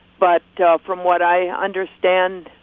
but from what i understand,